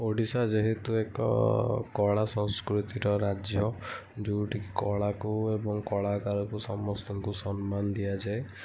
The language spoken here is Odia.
ଓଡ଼ିଶା ଯେହେତୁ ଏକ କଳା ସଂସ୍କୃତିର ରାଜ୍ୟ ଯୋଉଠିକି କଳାକୁ ଏବଂ କଳାକାରକୁ ସମସ୍ତଙ୍କୁ ସମ୍ମାନ ଦିଆଯାଏ